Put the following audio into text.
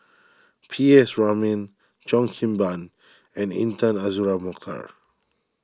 P S Raman Cheo Kim Ban and Intan Azura Mokhtar